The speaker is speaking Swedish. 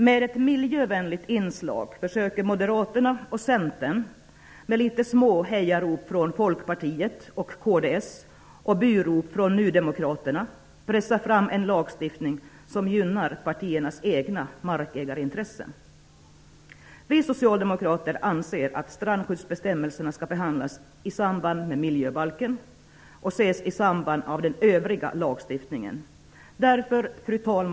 Med ett miljövänligt inslag försöker Moderaterna och Centern, med små hejarop från Folkpartiet och kds och burop från Ny demokrati, pressa fram en lagstiftning som gynnar partiernas egna markägarintressen. Vi socialdemokrater anser att strandskyddsbestämmelserna skall behandlas i samband med miljöbalken och övrig lagstiftning på detta område.